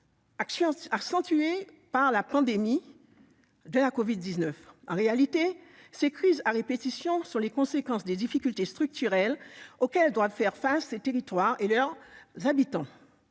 accentuée par la pandémie de la covid-19. En réalité, ces crises à répétition sont les conséquences des difficultés structurelles auxquelles doivent faire face ces territoires et leurs habitants.